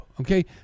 okay